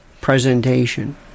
presentation